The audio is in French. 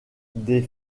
des